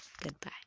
Goodbye